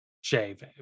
shave